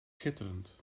schitterend